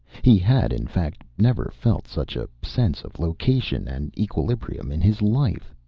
he had, in fact, never felt such a sense of location and equilibrium in his life.